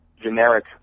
generic